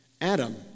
Adam